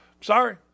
Sorry